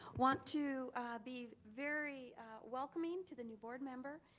want to be very welcoming to the new board member.